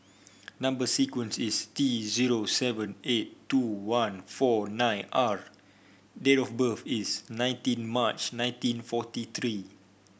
number sequence is T zero seven eight two one four nine R date of birth is nineteen March nineteen forty three